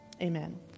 Amen